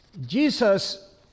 Jesus